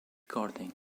regarding